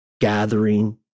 gathering